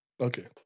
Okay